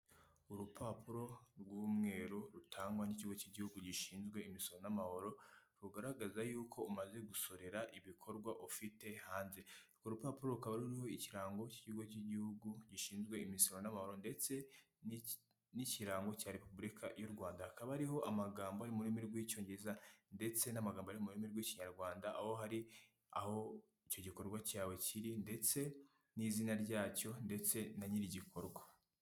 Urupapuro rw'umweru rutangwa n'ikigo cy'igihugu gishinzwe imisoro n'amahoro, rugaragaza yuko umaze gusorera ibikorwa ufite hanze, urwo urupapuro rukaba ruriho ikirango cy'ikigo cy'igihugu gishinzwe imisoro n'amahoro ndetse n'ikirango cya repubulika y'u Rwanda hakaba ariho amagambo y'ururimi rw'icyongereza ndetse n'amagambo ari mu rurimi rw'ikinyarwanda, aho hari aho icyo gikorwa cyawe kiri ndetse n'izina ryacyo ndetse na nyir'igikorwa.